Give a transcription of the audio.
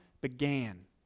began